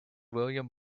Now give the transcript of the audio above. william